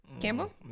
Campbell